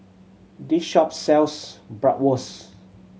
this shop sells Bratwurst